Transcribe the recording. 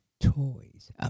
toys